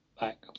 Back